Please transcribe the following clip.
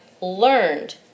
learned